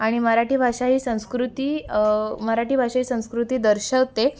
आणि मराठी भाषा ही संस्कृती मराठी भाषा ही संस्कृती दर्शवते